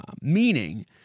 meaning